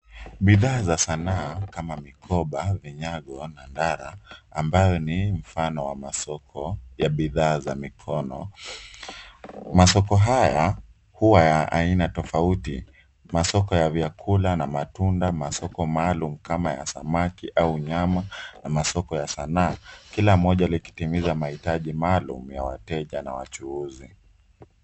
Bidhaa za sanaa kama mikoba, vinyago na ndara, ambayo ni mfano wa masoko ya bidhaa za mikono. Masoko haya huwa ya aina tofauti. Masoko ya vyakula na matunda, masoko maalum kama ya samaki au nyama, na masoko ya Sanaa. Kila moja likitimiza mahitaji maalum ya wateja na wachuuzi.